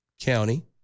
county